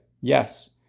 Yes